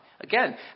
Again